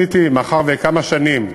מאחר שכמה שנים,